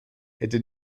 hätte